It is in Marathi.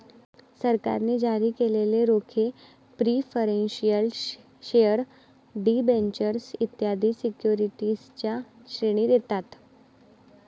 सरकारने जारी केलेले रोखे प्रिफरेंशियल शेअर डिबेंचर्स इत्यादी सिक्युरिटीजच्या श्रेणीत येतात